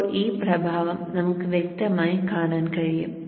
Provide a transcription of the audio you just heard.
ഇപ്പോൾ ഈ പ്രഭാവം നമുക്ക് വ്യക്തമായി കാണാൻ കഴിയും